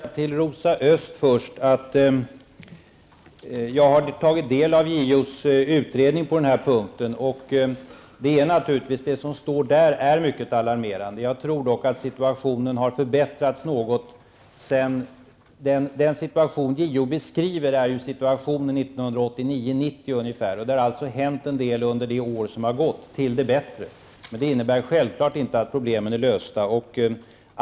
Herr talman! Låt mig först säga till Rosa Östh att jag har tagit del av JOs utredning på detta område. Det som står där är naturligtvis mycket alarmerande. Jag tror dock att situationen har förbättrats något. Den situation JO beskriver är ju från 1989/90, och en del saker har förbättrats en del sedan dess. Det innebär självklart inte att problemen är lösta.